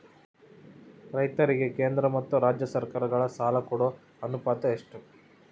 ರೈತರಿಗೆ ಕೇಂದ್ರ ಮತ್ತು ರಾಜ್ಯ ಸರಕಾರಗಳ ಸಾಲ ಕೊಡೋ ಅನುಪಾತ ಎಷ್ಟು?